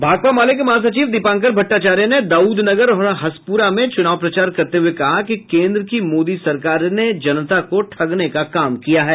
भाकपा माले के महासचिव दीपांकर भट्टाचार्य ने दाउदनगर और हसपुरा में चुनाव प्रचार करते हुए कहा कि केन्द्र की मोदी सरकार ने जनता को ठगने का काम किया है